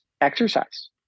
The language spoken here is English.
exercise